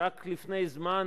שרק לפני זמן